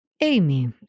Amy